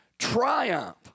triumph